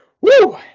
Woo